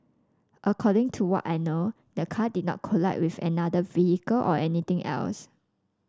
according to what I know the car did not collide with another vehicle or anything else